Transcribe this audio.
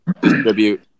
distribute